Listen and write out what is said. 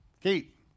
Kate